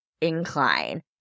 incline